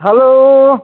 hello